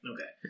Okay